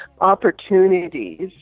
opportunities